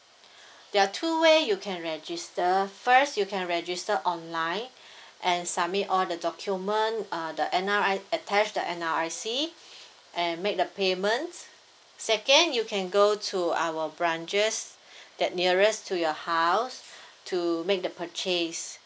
there are two way you can register first you can register online and submit all the document uh the N R I attach the N_R_I_C and make the payment second you can go to our branches that nearest to your house to make the purchase